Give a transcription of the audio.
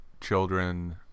children